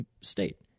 state